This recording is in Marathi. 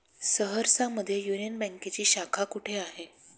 सहरसा मध्ये युनियन बँकेची शाखा कुठे आहे?